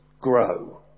grow